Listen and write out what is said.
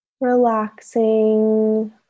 relaxing